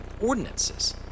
ordinances